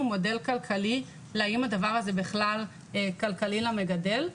מודל כלכלי להאם הדבר הזה בכלל כלכלי למגדל.